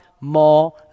more